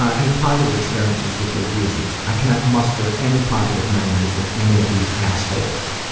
ah any positive experiences with your abusers? i cannot muster any positive memories with any of these assholes.